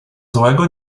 złego